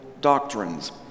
doctrines